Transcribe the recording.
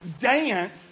dance